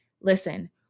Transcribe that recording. Listen